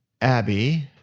Abby